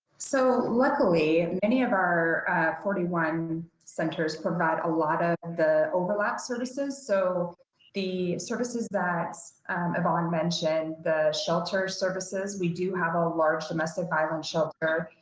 so luckily and many of our forty one centers provide a lot of the overlap services. so the services that ivon mentioned, the shelter services, we do have a large domestic violence shelter.